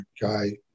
guy